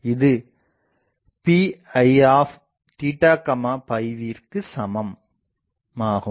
இது Piவிற்கு சமமாகும்